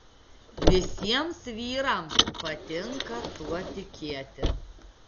visiems vyrams patinka tuo tikėti